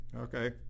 Okay